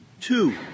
two